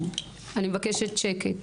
אני מבקשת שקט.